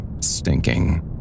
stinking